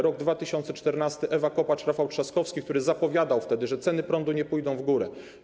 Rok 2014 - Ewa Kopacz, Rafał Trzaskowski, który zapowiadał wtedy, że ceny prądu nie pójdą w górę.